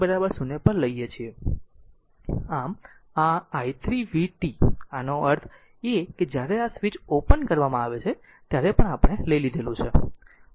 આમ આ i3 vt આનો અર્થ એ કે જ્યારે આ સ્વીચ ઓપન કરવામાં આવે છે ત્યારે આપણે લઈ લીધેલ છે